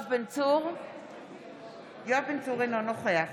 אינו נוכח